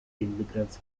immigrants